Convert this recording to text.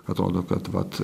atrodo kad vat